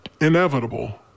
inevitable